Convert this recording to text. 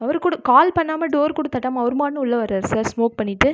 அவர் கூட கால் பண்ணாமல் டோர் கூட தட்டாமல் அவர் பாட்னு உள்ளே வரார் சார் ஸ்மோக் பண்ணிகிட்டு